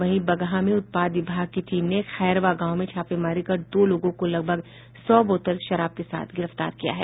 वहीं बगहा में उत्पाद विभाग की टीम ने खैरवा गांव में छापेमारी कर दो लोगों को लगभग सौ बोतल शराब के साथ गिरफ्तार किया है